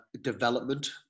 development